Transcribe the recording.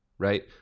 right